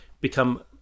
become